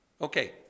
Okay